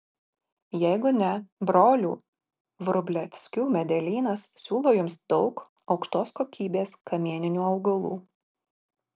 jeigu ne brolių vrublevskių medelynas siūlo jums daug aukštos kokybės kamieninių augalų